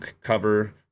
cover